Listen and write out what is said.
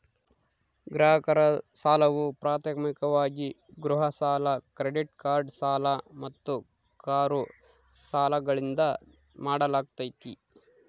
ಗ್ರಾಹಕರ ಸಾಲವು ಪ್ರಾಥಮಿಕವಾಗಿ ಗೃಹ ಸಾಲ ಕ್ರೆಡಿಟ್ ಕಾರ್ಡ್ ಸಾಲ ಮತ್ತು ಕಾರು ಸಾಲಗಳಿಂದ ಮಾಡಲಾಗ್ತೈತಿ